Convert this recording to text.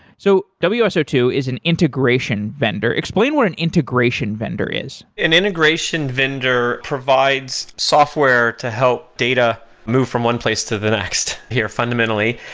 so w s o two is an integration vendor. explain what an integration vendor is an integration vendor provides software to help data move from one place to the next here fundamentally.